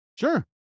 Sure